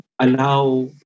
allow